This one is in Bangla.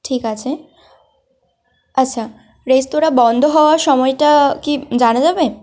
ঠিক আছে আচ্ছা রেস্তোরাঁ বন্ধ হওয়ার সময়টা কি জানা যাবে